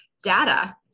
Data